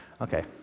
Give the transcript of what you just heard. Okay